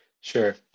Sure